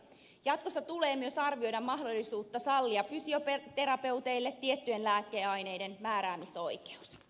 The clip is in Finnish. jatkossa tulee myös arvioida mahdollisuutta sallia fysioterapeuteille tiettyjen lääkeaineiden määräämisoikeus